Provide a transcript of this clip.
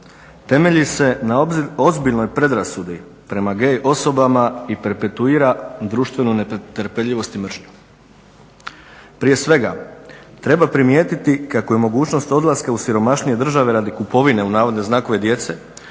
Temelji se na ozbiljnoj predrasudi prema gay osobama i prepetuira društvenost netrpeljivost i mržnju. Prije svega treba primijetiti kako je mogućnost odlaska u siromašnije države radi kupovine u navodne znakove "djece"